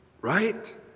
right